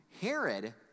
Herod